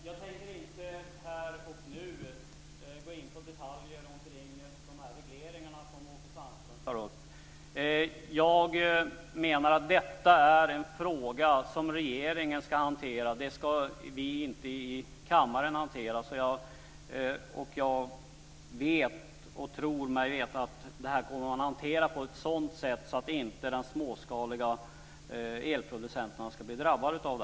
Fru talman! Jag tänker inte här och nu gå in på detaljer i de regleringar som Åke Sandström tar upp. Jag menar att detta är en fråga som regeringen, inte vi här i kammaren, ska hantera. Jag tror mig också veta att man kommer att hantera detta på ett sådant sätt att de småskaliga elproducenterna inte ska bli drabbade.